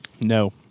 no